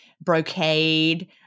brocade